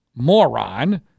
Moron